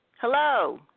Hello